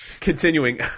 Continuing